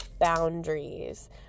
boundaries